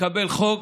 לקבל חוק